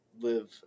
live